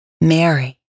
Mary